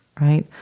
right